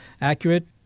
accurate